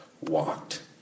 walked